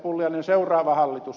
pulliainen seuraava hallitus